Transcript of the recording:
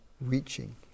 reaching